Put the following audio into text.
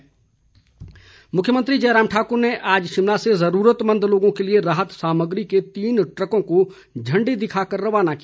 जयराम मुख्यमंत्री जयराम ठाकुर ने आज शिमला से जरूरतमंद लोगों के लिए राहत सामग्री के तीन ट्रकों को झंडी दिखाकर रवाना किया